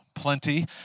plenty